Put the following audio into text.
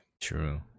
true